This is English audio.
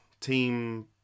Team